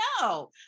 No